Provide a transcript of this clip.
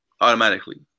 automatically